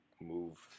move